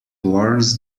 warns